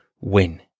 win